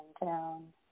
down